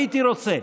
הייתי רוצה,